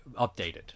updated